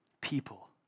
people